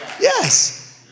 Yes